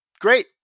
great